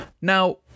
Now